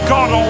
God